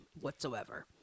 whatsoever